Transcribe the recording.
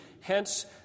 Hence